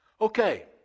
Okay